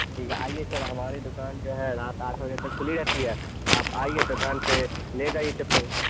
ٹھیک ہے آئیے سر ہماری دکان جو ہے رات آٹھ بجے تک کھلی رہتی ہے آپ آئیے دکان پہ لے جائیے چپل